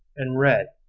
and read,